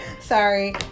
Sorry